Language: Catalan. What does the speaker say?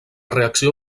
reacció